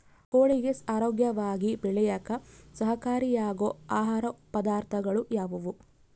ಕೋಳಿಗೆ ಆರೋಗ್ಯವಾಗಿ ಬೆಳೆಯಾಕ ಸಹಕಾರಿಯಾಗೋ ಆಹಾರ ಪದಾರ್ಥಗಳು ಯಾವುವು?